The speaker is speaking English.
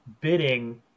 bidding